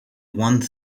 one